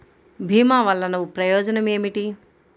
భీమ వల్లన ప్రయోజనం ఏమిటి?